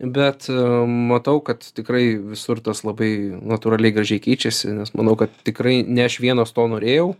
bet matau kad tikrai visur tas labai natūraliai gražiai keičiasi nes manau kad tikrai ne aš vienas to norėjau